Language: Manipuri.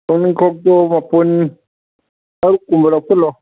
ꯇꯨꯅꯤꯡꯈꯣꯛꯇꯣ ꯃꯄꯨꯟ ꯇꯔꯨꯛꯀꯨꯝꯕ ꯂꯧꯁꯜꯂꯣ